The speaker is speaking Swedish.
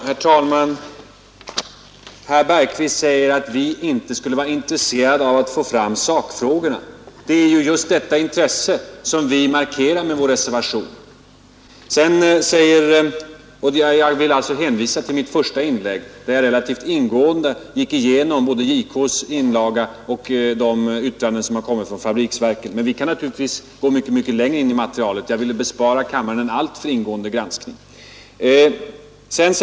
Herr talman! Herr Bergqvist säger att vi inte skulle vara intresserade av att få fram sakfrågorna. Det är ju just detta intresse som vi markerar med vår reservation. Jag vill hänvisa till mitt första inlägg, där jag relativt ingående gick igenom både JK:s inlaga och de yttranden som kommit från fabriksverken. Vi kan naturligtvis gå mycket längre in i materialet, men jag vill bespara kammaren en alltför ingående granskning.